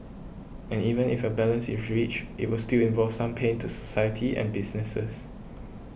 and even if a balance is reached it will still involve some pain to society and businesses